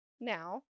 now